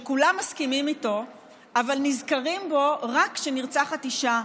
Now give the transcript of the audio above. שכולם מסכימים איתו אבל נזכרים בו רק כשנרצחת אישה,